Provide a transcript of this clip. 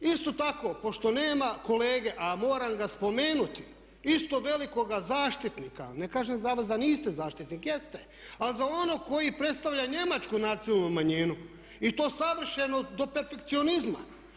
Isto tako pošto nema kolege, a moram ga spomenuti, isto velikoga zaštitnika, ne kažem za vas da niste zaštitnik, jeste, ali za onog koji predstavlja Njemačku nacionalnu manjinu i to savršeno do perfekcionizma.